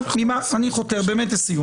אני חותר לסיום.